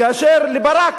כאשר לברק,